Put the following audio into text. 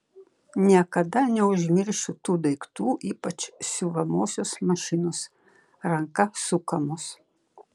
niekada neužmiršiu tų daiktų ypač siuvamosios mašinos ranka sukamos